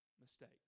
mistake